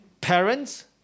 parents